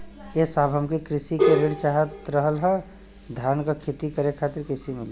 ए साहब हमके कृषि ऋण चाहत रहल ह धान क खेती करे खातिर कईसे मीली?